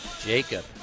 Jacob